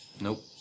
Nope